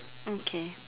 okay